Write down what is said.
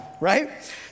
right